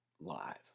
live